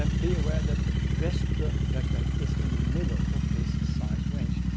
um be aware that the best perfect backpack is in the middle of this size range.